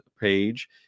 page